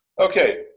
Okay